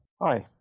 Hi